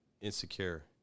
Insecure